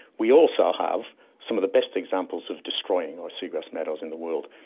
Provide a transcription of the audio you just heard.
we also have some of the best examples of destroying our seagrass meadows in the world.